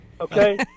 Okay